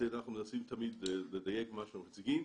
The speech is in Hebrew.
אנחנו מנסים תמיד לדייק במה שאנחנו מציגים.